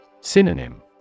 Synonym